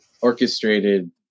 orchestrated